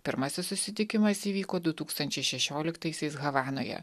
pirmasis susitikimas įvyko du tūkstančiai šešioliktaisiais havanoje